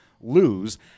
lose